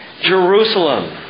Jerusalem